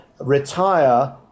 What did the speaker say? retire